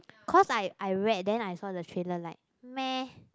cause I I read then I saw the trailer like meh